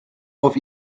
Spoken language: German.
auf